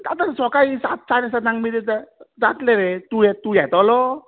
कांतून सकाळी सात साडे सात म्हणल्यार जातलें रे तूं तूं येतलो